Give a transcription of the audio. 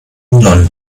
london